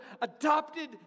adopted